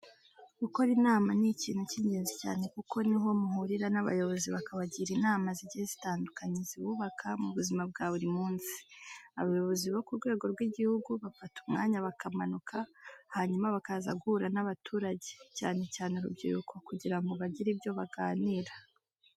Gukora inama ni ikintu cy'ingezi cyane kuko ni ho muhurira n'abayobozi bakabagira inama zigiye zitandukanye zibubaka mu buzima bwa buri munsi. Abayobozi bo ku rwego rw'igihugu bafata umwanya bakamanuka, hanyuma bakaza guhura n'abaturage, cyane cyane urubyiruko kugira ngo bagire ibyo baganira.